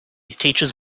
teaches